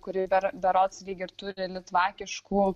kuri ber berods lyg ir turi litvakiškų